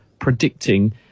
predicting